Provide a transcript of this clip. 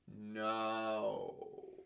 No